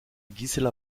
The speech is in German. gisela